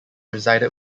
resided